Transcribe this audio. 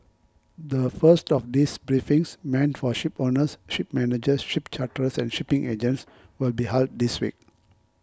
the first of these briefings meant for shipowners ship managers ship charterers and shipping agents will be held this week